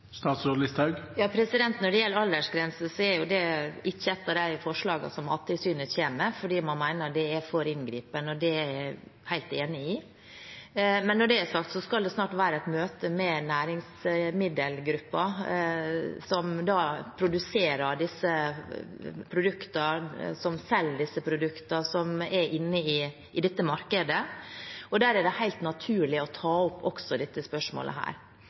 det ikke et av de forslagene som Mattilsynet kommer med, fordi man mener det er for inngripende. Det er jeg helt enig i. Når det er sagt, skal det snart være et møte med næringsmiddelgruppen som produserer disse produktene, og som selger produktene som er i dette markedet. Da er det helt naturlig å ta opp også dette spørsmålet.